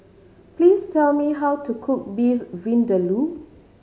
please tell me how to cook Beef Vindaloo